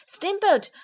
Steamboat